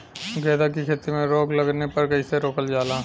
गेंदा की खेती में रोग लगने पर कैसे रोकल जाला?